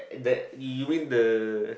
that we win the